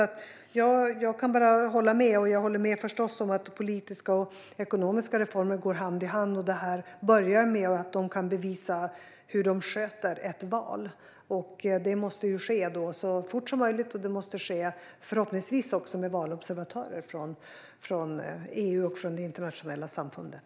Jag håller förstås med om att politiska och ekonomiska reformer går hand i hand. Det börjar med att man i Zimbabwe kan bevisa att man kan sköta ett val. Det måste ske så fort som möjligt och förhoppningsvis med valobservatörer från EU och från det internationella samfundet.